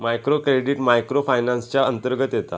micro credit micro finance च्या अंतर्गत येता